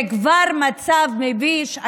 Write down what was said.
זה כבר מצב מביש.